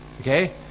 Okay